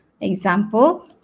example